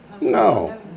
No